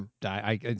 die